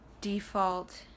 default